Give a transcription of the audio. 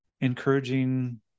encouraging